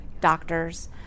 doctors